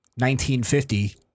1950